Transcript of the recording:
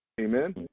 Amen